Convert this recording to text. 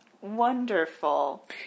Wonderful